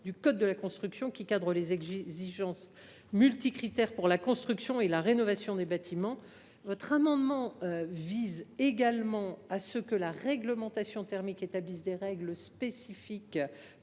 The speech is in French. et de l’habitation, qui fixe des exigences multicritères pour la construction et la rénovation des bâtiments. L’amendement n° 23 a également pour objet que la réglementation thermique établisse des règles spécifiques